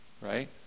Right